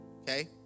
Okay